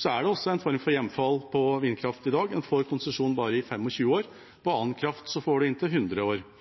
Det er en form for hjemfall på vindkraft i dag: En får konsesjon i bare 25 år. På annen kraft får en inntil 100 år.